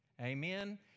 Amen